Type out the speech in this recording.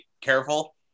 careful